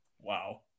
Wow